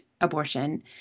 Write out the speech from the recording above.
abortion